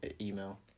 email